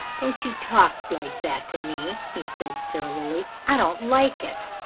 don't you talk like that to me, he said surlily. i don't like it.